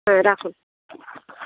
হ্যাঁ রাখুন